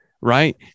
right